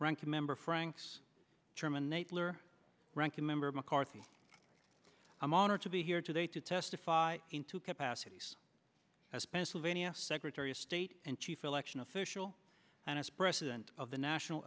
ranking member frank's terminate ler ranking member mccarthy i'm honored to be here today to testify in two capacities as pennsylvania secretary of state and chief election official and us president of the national